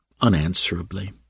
unanswerably